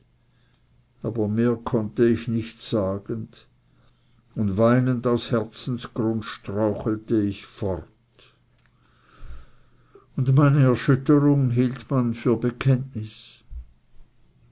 aber mehr konnte ich nicht sagen weinend aus herzensgrund strauchelte ich fort und meine erschütterung hielt man für bekenntnis